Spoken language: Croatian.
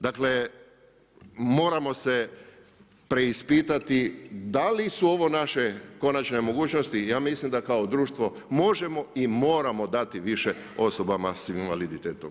Dakle moramo se preispitati da li su ovo naše konačne mogućnosti, ja mislim da kao društvo možemo i moramo dati više osobama s invaliditetom.